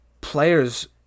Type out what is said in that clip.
players